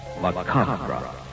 Macabre